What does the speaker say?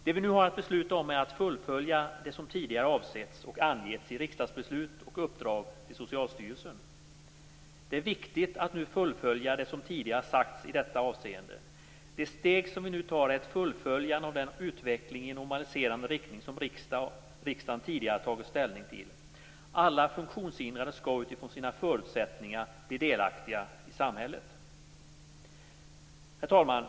Det vi nu har att besluta om är att fullfölja det som tidigare avsetts och angetts i riksdagsbeslut och uppdrag till Socialstyrelsen. Det är viktigt att nu fullfölja det som tidigare sagts i detta avseende. Det steg som vi nu tar är ett fullföljande av den utveckling i normaliserande riktning som riksdagen tidigare tagit ställning till. Alla funktionshindrade skall utifrån sina förutsättningar bli delaktiga i samhället. Herr talman!